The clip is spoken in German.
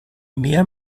mehr